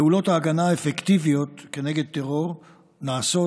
פעולות ההגנה האפקטיביות כנגד טרור נעשות,